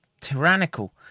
tyrannical